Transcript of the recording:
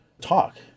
talk